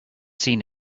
seen